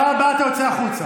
בפעם הבאה אתה יוצא החוצה.